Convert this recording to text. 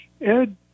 Ed